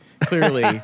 clearly